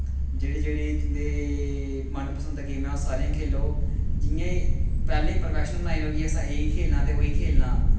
जेह्ड़ी जेह्ड़ी तुं'दे मनपसंद गेमां ऐं ओह् सारियां खेलो जि'यां एह् पैह्ले प्रोफेशन बनाई लाओ कि असें एह् ही खेलना ते ओह् ही खेलना